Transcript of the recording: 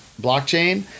blockchain